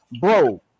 bro